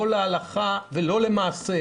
לא להלכה ולא למעשה,